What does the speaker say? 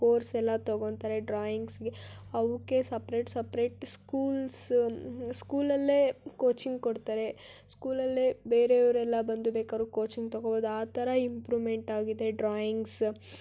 ಕೋರ್ಸೆಲ್ಲ ತೊಗೊತಾರೆ ಡ್ರಾಯಿಂಗ್ಸ್ಗೆ ಅವಕ್ಕೆ ಸಪ್ರೇಟ್ ಸಪ್ರೇಟ್ ಸ್ಕೂಲ್ಸ ಸ್ಕೂಲಲ್ಲೇ ಕೋಚಿಂಗ್ ಕೊಡ್ತಾರೆ ಸ್ಕೂಲಲ್ಲೇ ಬೇರೆಯವರೆಲ್ಲ ಬಂದು ಬೇಕಾದ್ರೂ ಕೋಚಿಂಗ್ ತೊಗೋಬೋದು ಆ ಥರ ಇಂಪ್ರೊವ್ಮೆಂಟ್ ಆಗಿದೆ ಡ್ರಾಯಿಂಗ್ಸ